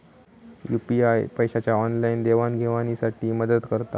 UPI पैशाच्या online देवाणघेवाणी साठी मदत करता